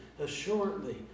Assuredly